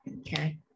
Okay